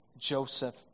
Joseph